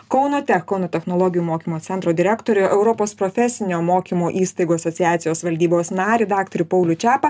kauno tech kauno technologijų mokymo centro direktorių europos profesinio mokymo įstaigų asociacijos valdybos narį daktarą paulių čepą